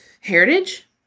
heritage